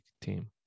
team